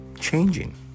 changing